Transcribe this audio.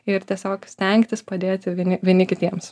ir tiesiog stengtis padėti vieni vieni kitiems